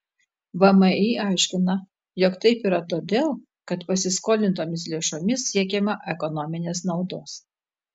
vmi aiškina jog taip yra todėl kad pasiskolintomis lėšomis siekiama ekonominės naudos